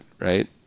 Right